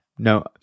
No